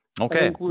Okay